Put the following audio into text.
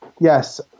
Yes